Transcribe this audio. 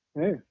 hey